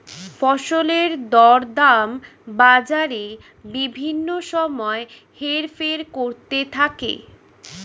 ফসলের দরদাম বাজারে বিভিন্ন সময় হেরফের করতে থাকে